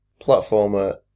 platformer